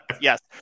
Yes